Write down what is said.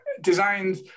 designed